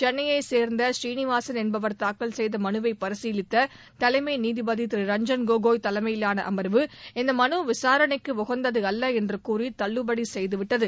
சென்னையைச் சேர்ந்த சீனிவாசன் என்பவர் தாக்கல் செய்த மனுவை பரிசீலித்த தலைமை நீதிபதி ரஞ்சன் கோகோய் தலைமையிலான அம்வு இந்த மலு விசாரணைக்கு உகந்தது அல்ல என்று கூறி தள்ளுபடி செய்துவிட்டது